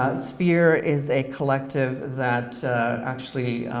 ah sphere is a collective that actually